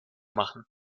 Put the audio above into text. machen